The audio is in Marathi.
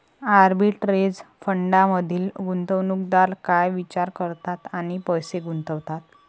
आर्बिटरेज फंडांमधील गुंतवणूकदार काय विचार करतात आणि पैसे गुंतवतात?